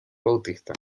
bautista